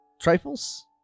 Trifles